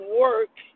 work